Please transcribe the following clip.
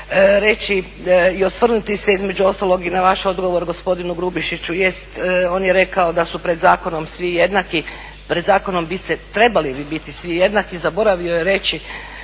reći i osvrnuti se između ostalog i na vaš odgovor gospodinu Grubišiću, jest on je rekao da su pred zakonom svi jednaki. Pred zakonom biste trebali vi biti svi jednaki, zaboravio je reći